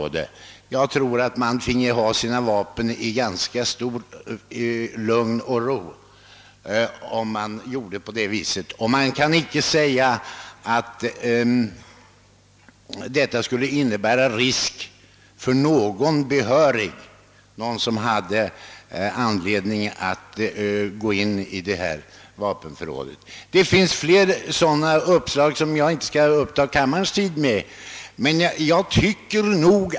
Jag tror att man då fick ha sina vapen ifred. Det kan inte sägas att detta skulle innebära risk för någon behörig som har anledning att gå in i detta vapenförråd. Det finns flera sådan uppslag som jag inte skall ta upp kammarens tid med att relatera.